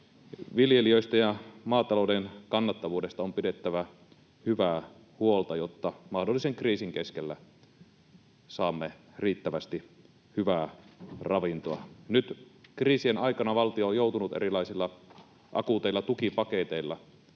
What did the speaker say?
Viljelijöistä ja maatalouden kannattavuudesta on pidettävä hyvää huolta, jotta mahdollisen kriisin keskellä saamme riittävästi hyvää ravintoa. Nyt kriisien aikana valtio on joutunut erilaisilla akuuteilla tukipaketeilla